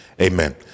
Amen